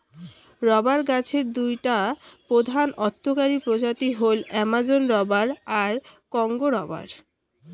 rubber গছের দুইটা প্রধান অর্থকরী প্রজাতি হইল অ্যামাজোন রবার আর কংগো রবার